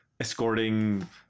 escorting